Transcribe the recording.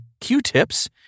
Q-tips